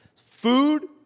Food